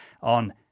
on